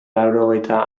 laurogeita